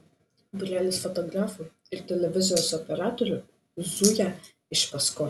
būrelis fotografų ir televizijos operatorių zuja iš paskos